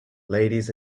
ladies